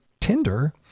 Tinder